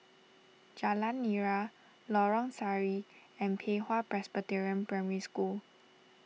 Jalan Nira Lorong Sari and Pei Hwa Presbyterian Primary School